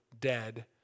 dead